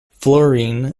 fluorine